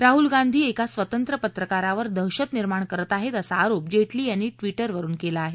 राहुल गांधी एका स्वतंत्र पत्रकारावर दहशत निर्माण करत आहेत असा आरोप जेटली यांनी ट्विटरवरून केला आहे